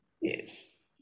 Yes